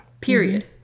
period